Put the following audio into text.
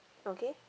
okay